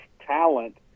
talent